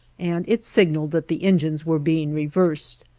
and it signaled that the engines were being reversed.